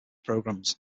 programs